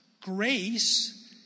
grace